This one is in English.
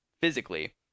physically